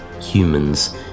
humans